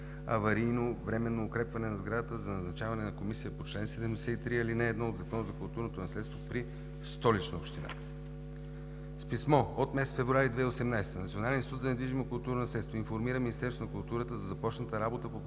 аварийно временно укрепване на сградата и за назначаване на комисия по чл.